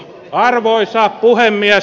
arvoisa puhemies